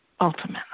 ultimately